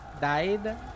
Died